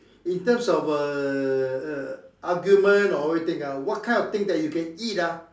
in terms of err argument or anything ah what kind of thing that you can eat ah